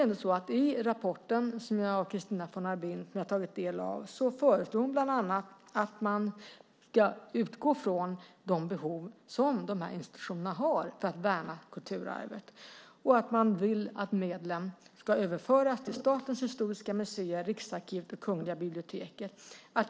I rapporten som jag och Christina von Arbin har tagit del av föreslås bland annat att man ska utgå från de behov som dessa institutioner har att värna kulturarvet, och man vill att medlen ska överföras till Statens historiska museum, Riksarkivet och Kungliga biblioteket.